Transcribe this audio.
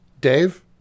Dave